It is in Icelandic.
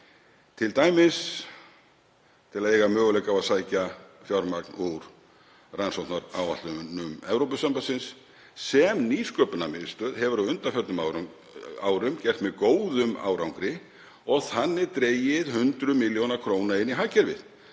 t.d. til að eiga möguleika á að sækja fjármagn úr rannsóknaráætlunum Evrópusambandsins sem Nýsköpunarmiðstöð hefur á undanförnum árum gert með góðum árangri og þannig dregið hundruð milljóna króna inn í hagkerfið